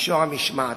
ובמישור המשמעתי,